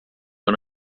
ano